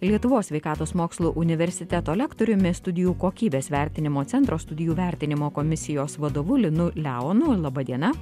lietuvos sveikatos mokslų universiteto lektoriumi studijų kokybės vertinimo centro studijų vertinimo komisijos vadovu linu leonu laba diena